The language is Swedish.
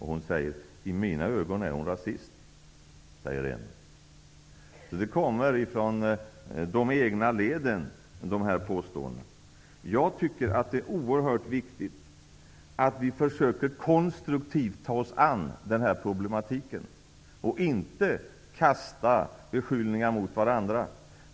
Hon säger: I mina ögon är hon rasist. Dessa påståenden kommer från de egna leden. Jag tycker att det är oerhört viktigt att vi försöker ta oss an denna problematik konstruktivt och inte kastar beskyllningar mot varandra.